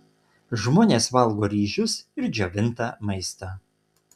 žmonės valgo ryžius ir džiovintą maistą